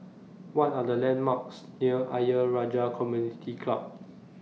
What Are The landmarks near Ayer Rajah Community Club